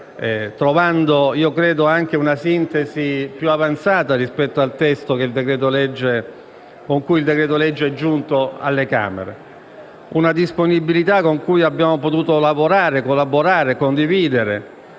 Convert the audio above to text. trovando anche una sintesi più avanzata rispetto al testo con cui il decreto-legge è giunto alle Camere. Una disponibilità grazie alla quale abbiamo potuto lavorare, collaborare, condividere;